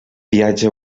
viatge